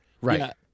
Right